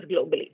globally